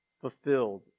fulfilled